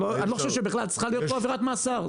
אני לא חושב שבכלל צריכה להיות פה עבירת מאסר.